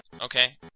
Okay